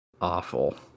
awful